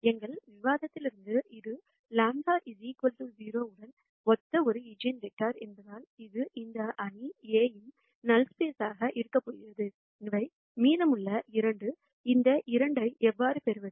எங்கள் விவாதத்திலிருந்து இது λ 0 உடன் ஒத்த ஒரு ஈஜென்வெக்டர் என்பதால் இது இந்த அணி A இன் நல் ஸ்பேஸ் இருக்கப் போகிறது இவை மீதமுள்ள 2 இந்த 2 ஐ எவ்வாறு பெறுவது